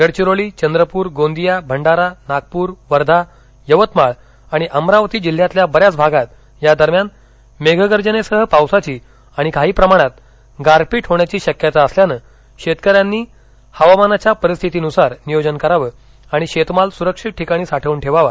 गडचिरोली चंद्रपूर गोंदिया भंडारा नागपूर वर्धा यवतमाळ आणि अमरावती जिल्ह्यांतील बऱ्याच भागात या दरम्यान मेघ गर्जनेसह पावसाची आणि काही प्रमाणात गारपीट होण्याची शक्यता असल्यानं शेतकऱ्यांनी हवामानाच्या परिस्थितीनुसार नियोजन करावं आणि शेतमाल सुरक्षित ठिकाणी साठवून ठेवावा